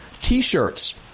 t-shirts